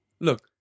Look